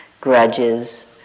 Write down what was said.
grudges